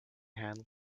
handle